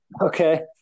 Okay